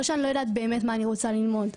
שאני לא יודעת באמת מה אני רוצה ללמוד,